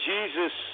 Jesus